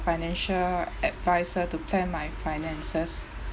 financial adviser to plan my finances